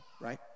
Right